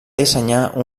dissenyar